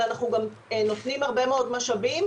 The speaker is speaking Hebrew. אבל אנחנו גם נותנים הרבה מאוד משאבים,